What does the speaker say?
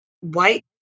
white